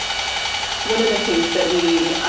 one of the things that we